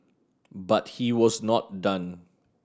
but he was not done